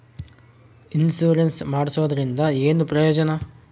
Insurance ಮಾಡ್ಸೋದರಿಂದ ಏನು ಪ್ರಯೋಜನ?